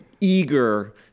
eager